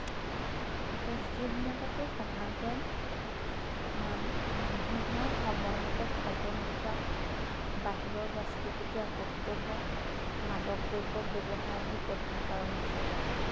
পুষ্টিহীনতাটো সাধাৰণতে মানুহৰ সময়মতে খাদ্য নোখোৱা বাহিৰৰ বস্তুৰ প্ৰতি আকৰ্ষিত হোৱা মাদক দ্ৰব্য ব্যৱহাৰ আদি প্ৰধান কাৰণ বুলি ক'ব পাৰি